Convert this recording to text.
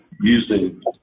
using